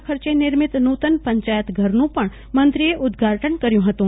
ના ખર્ચે નિર્મિત નુતન પંચાયત ઘરનું પણ મંત્રીએ લોકાર્પણ કર્યું હતું